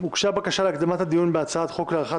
הוגשה בקשה להקדמת הדיון בהצעת חוק להארכת